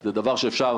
זה דבר שאפשר